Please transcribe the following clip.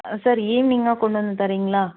ஆ sir ஈவ்னிங்காக கொண்டு வந்து தரிங்களா